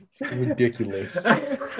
Ridiculous